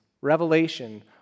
Revelation